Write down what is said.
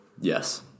Yes